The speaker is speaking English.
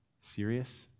serious